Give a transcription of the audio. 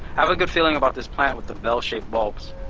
have a good feeling about this plant with the bell-shaped bulbs